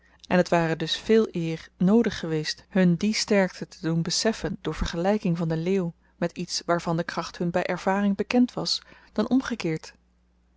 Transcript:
en t ware dus veeleer noodig geweest hun die sterkte te doen beseffen door vergelyking van den leeuw met iets waarvan de kracht hun by ervaring bekend was dan omgekeerd